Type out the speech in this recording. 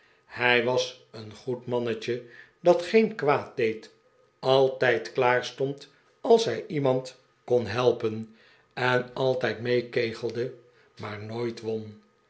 hij was een goed mannetje dat geen kwaaddeed altijd klaarstond als hij iemand kon helpen en altijd meekegelde maar nooit won